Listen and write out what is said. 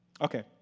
Okay